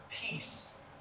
peace